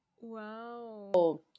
Wow